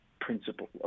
principle